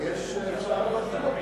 ועכשיו מגדילים אותו.